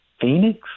Phoenix